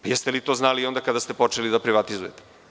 Jeste li to znali i onda kada ste počeli da privatizujete?